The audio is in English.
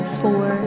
four